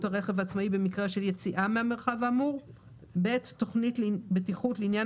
הרכב העצמאי במקרה של יציאה מהמרחב האמור; (ב)תכנית בטיחות לעניין